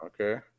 Okay